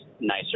nicer